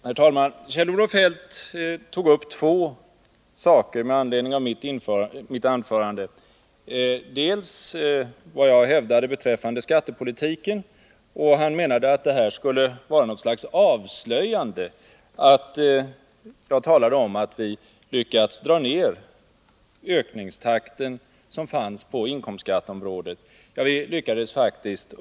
Herr talman! Kjell-Olof Feldt tog upp två saker med anledning av mitt anförande. Den ena gällde det som jag hävdade beträffande skattepolitiken. Han menade att det skulle vara något slags avslöjande när jag talade om att vi lyckats dra ner ökningstakten på inkomstskatteområdet.